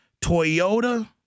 Toyota